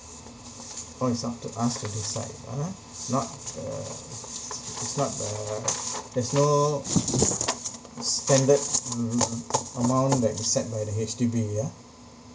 oh it's up to us to decide ah not err it's not err there's no standard mm amount that is set by the H_D_B ya